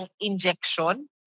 injection